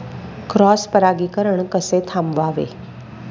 Cross परागीकरण कसे थांबवावे?